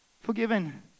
Forgiven